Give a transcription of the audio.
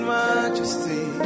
majesty